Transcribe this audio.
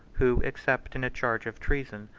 who, except in a charge of treason,